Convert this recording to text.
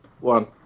one